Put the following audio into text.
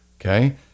Okay